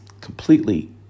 completely